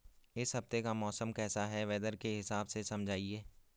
इस हफ्ते का मौसम कैसा है वेदर के हिसाब से समझाइए?